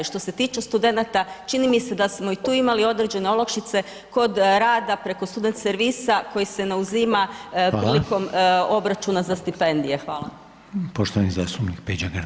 Što se tiče studenata, čini mi se da smo i tu imali određene olakšice kod rada preko student servisa koji se ne uzima [[Upadica: Hvala]] prilikom obračuna za stipendije.